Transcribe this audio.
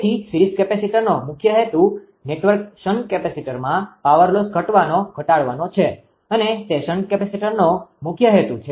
તેથી સીરીઝ કેપેસિટરનો મુખ્ય હેતુ નેટવર્ક શન્ટ કેપેસિટરમાં પાવર લોસ ઘટાડવાનો છે અને તે શન્ટ કેપેસિટરનો મુખ્ય હેતુ છે